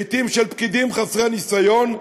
לעתים של פקידים חסרי ניסיון,